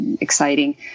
exciting